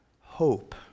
hope